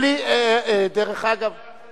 אבל אתה אמרת, אמרתי לך איפה הם נמצאים.